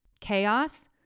chaos